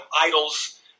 idols